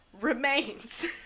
remains